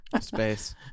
Space